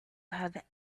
have